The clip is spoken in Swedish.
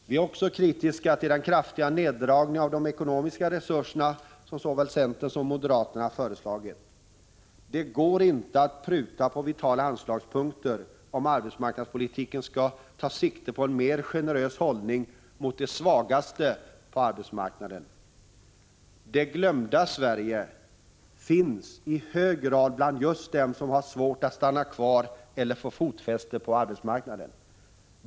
Vi är också kritiska till den kraftiga neddragning av de ekonomiska resurserna som såväl centern som moderaterna föreslagit. Det går inte att pruta på vitala anslagspunkter om arbetsmarknadspolitiken skall ta sikte på en mer generös hållning mot de svagaste på arbetsmarknaden. ”Det glömda Sverige” finns i hög grad bland just dem som har svårt att stanna kvar eller få fotfäste på arbetsmarknaden.